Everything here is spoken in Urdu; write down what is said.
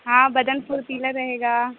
ہاں بدن پھرتیلا رہے گا